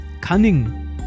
cunning